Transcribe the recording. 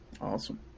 Awesome